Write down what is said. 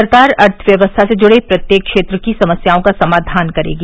सरकार अर्थव्यवस्था से जुड़े प्रत्येक क्षेत्र की समस्याओं का समाधान करेगी